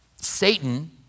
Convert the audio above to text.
Satan